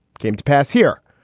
came to pass here.